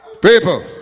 People